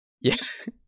Yes